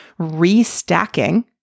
restacking